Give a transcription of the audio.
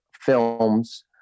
Films